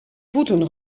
voeten